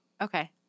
Okay